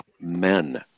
men